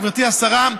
גברתי השרה,